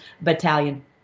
Battalion